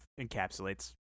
encapsulates